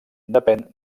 depèn